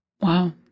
Wow